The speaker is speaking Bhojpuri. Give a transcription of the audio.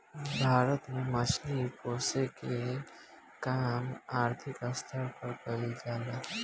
भारत में मछली पोसेके के काम आर्थिक स्तर पर कईल जा ला